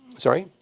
sorry?